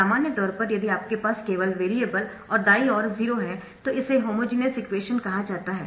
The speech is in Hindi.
सामान्य तौर पर यदि आपके पास केवल वेरिएबल और दायीं ओर 0 है तो इसे होमोजेनियस इक्वेशन कहा जाता है